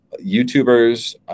YouTubers